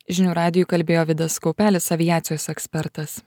žinių radijui kalbėjo vidas kaupelis aviacijos ekspertas